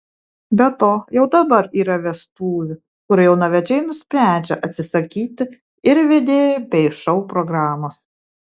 be to jau dabar yra vestuvių kur jaunavedžiai nusprendžia atsisakyti ir vedėjų bei šou programos